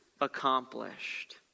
accomplished